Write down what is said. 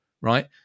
right